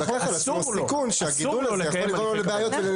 על איזו קבוצה של ישובים אנחנו מדברים?